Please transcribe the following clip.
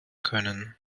können